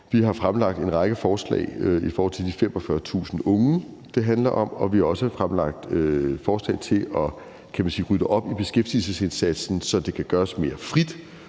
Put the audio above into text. Vi har fremlagt en række forslag i forhold til de 45.000 unge, det handler om, og vi har også fremlagt forslag til, kan man sige, at rydde op i beskæftigelsesindsatsen, så det kan gøres mere frit